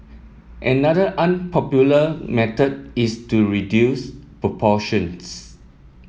another unpopular method is to reduce portions